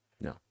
No